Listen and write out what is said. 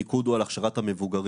המיקוד הוא על הכשרת המבוגרים,